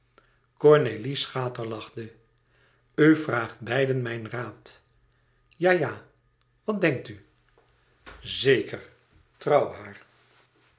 cornélie schaterlachte u vraagt beiden mij raad ja ja wat denkt u zeker trouw haar